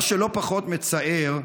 מה שלא פחות מצער,